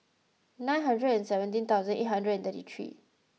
nine hundred and seventeen thousand eight hundred and thirty three